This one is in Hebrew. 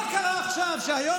מה קרה עכשיו שהיום,